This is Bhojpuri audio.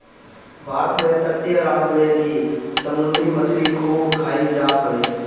भारत के तटीय राज में भी समुंदरी मछरी खूब खाईल जात हवे